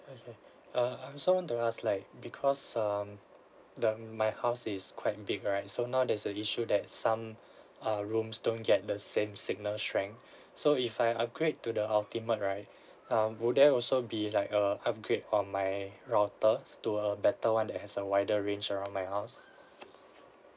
okay uh I also want to ask like because um the my house is quite big right so now there's a issue that some uh rooms don't get the same signal strength so if I upgrade to the ultimate right um would there also be like a upgrade on my router to a better [one] that has a wider range around my house